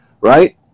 right